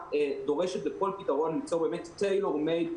הגבוהה דורשת בכל פתרון למצוא "טיילור מייד"